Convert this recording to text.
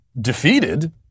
defeated